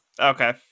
Okay